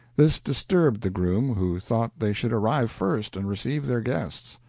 this disturbed the groom, who thought they should arrive first and receive their guests.